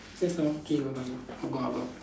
that's all okay bye bye I go out ah